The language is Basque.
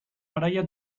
garaia